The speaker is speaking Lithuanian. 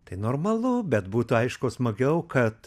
tai normalu bet būtų aišku smagiau kad